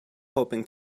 hoping